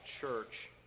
church